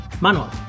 manual